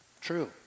True